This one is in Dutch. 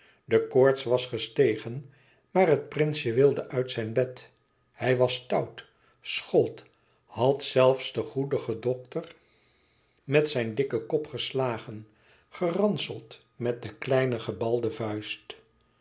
de koorts was gestegen maar het prinsje wilde uit zijn bed hij was stout schold had zelfs den goedigen dokter met zijn dikken kop geslagen geranseld met de kleine gebalde vuist